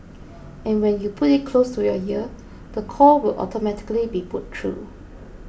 and when you put it close to your ear the call will automatically be put through